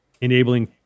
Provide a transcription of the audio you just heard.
enabling